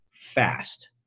fast